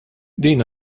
din